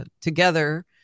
together